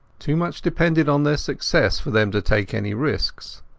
too much depended on their success for them to take any risks.